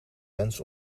mens